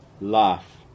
life